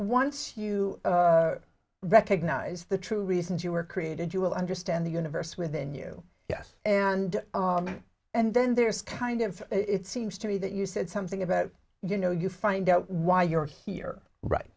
once you recognize the true reasons you were created you will understand the universe within you yes and all that and then there's kind of it seems to me that you said something about you know you find out why you're here right